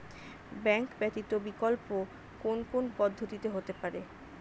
Bank ব্যতীত বিকল্প কোন কোন পদ্ধতিতে হতে পারে?